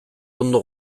ondo